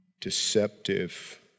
deceptive